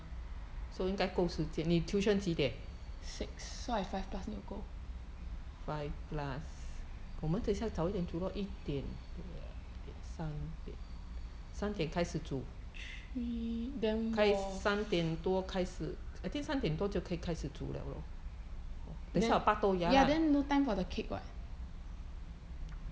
six so I five plus need to go three then 我 ya ya then no time for the cake what